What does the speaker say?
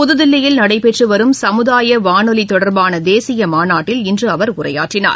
புத்தில்லியில் நடைபெற்று வரும் சமுதாய வானொலி தொடர்பான தேசிய மாநாட்டில் இன்று அவர் உரையாற்றினார்